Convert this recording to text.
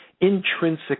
intrinsic